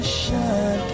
shine